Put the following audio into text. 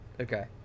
Okay